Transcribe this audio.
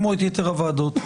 כמו את יתר הוועדות.